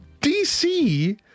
DC